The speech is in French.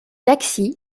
taxis